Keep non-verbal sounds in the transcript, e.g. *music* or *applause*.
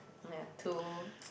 yeah two *noise*